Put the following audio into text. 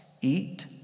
eat